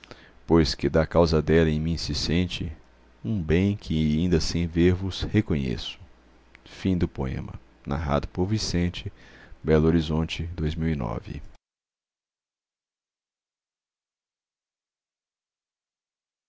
pois que da causa dela em mim se sente um bem que inda sem ver-vos reconheço quando cuido no